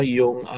yung